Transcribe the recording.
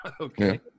Okay